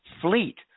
fleet